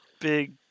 big